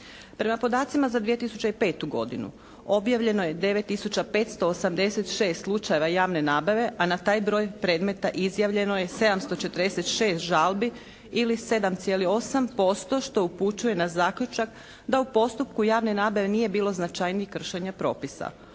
Prema podacima za 2005. godinu objavljeno je 9 tisuća 586 slučajeva javne nabave, a na taj broj predmeta izjavljeno je 746 žalbi ili 7,8% što upućuje na zaključak da u postupku javne nabave nije bilo značajnijih kršenja propisa.